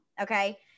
Okay